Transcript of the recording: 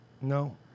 No